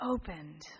opened